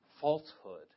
falsehood